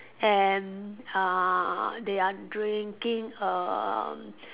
and uh they are drinking err